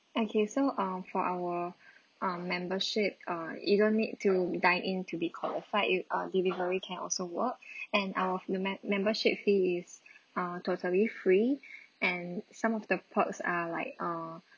okay so uh for our um membership err you don't need to dine in to be qualified you uh delivery can also work and our mem~ membership fee is err totally free and some of the perks are like err